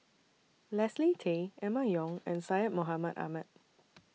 Leslie Tay Emma Yong and Syed Mohamed Ahmed